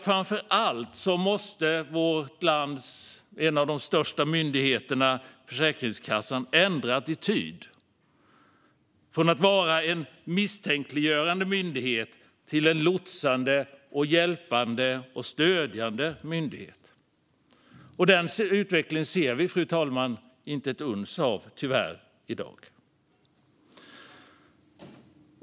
Framför allt måste en av de största myndigheterna, Försäkringskassan, ändra attityd från att vara en misstänkliggörande myndighet till en lotsande, hjälpande och stödjande myndighet. Den utvecklingen ser vi tyvärr inte ett uns av i dag.